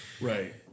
Right